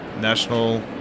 National